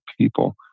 people